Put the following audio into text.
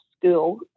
school